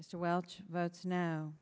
mr welch votes no